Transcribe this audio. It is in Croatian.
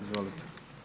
Izvolite.